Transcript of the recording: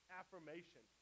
affirmation